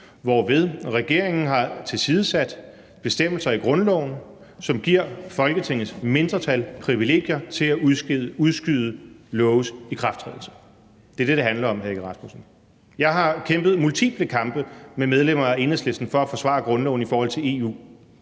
hvorved regeringen har tilsidesat bestemmelser i grundloven, som giver Folketingets mindretal privilegier til at udskyde loves ikrafttrædelse. Det er det, det handler om, hr. Søren Egge Rasmussen. Jeg har kæmpet multiple kampe med medlemmer af Enhedslisten for at forsvare grundloven i forhold til EU.